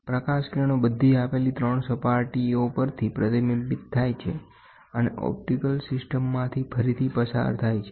પ્રકાશ કિરણો બધી આપેલી 3 સપાટીઓ પરથી પ્રતિબિંબિત થાય છે અને ઓપ્ટિકલ સિસ્ટમમાંથી ફરીથી પસાર થાય છે